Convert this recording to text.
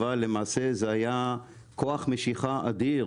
אבל למעשה זה היה כוח משיכה אדיר